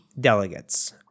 delegates